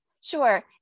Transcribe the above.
Sure